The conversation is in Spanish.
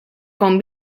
con